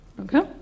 okay